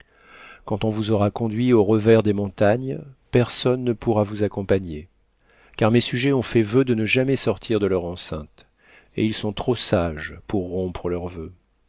quand on vous aura conduits au revers des montagnes personne ne pourra vous accompagner car mes sujets ont fait voeu de ne jamais sortir de leur enceinte et ils sont trop sages pour rompre leur voeu